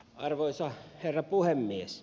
arvoisa herra puhemies